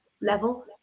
level